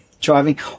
Driving